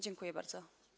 Dziękuję bardzo.